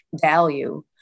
value